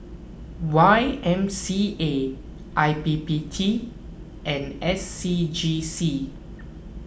Y M C A I P P T and S C G C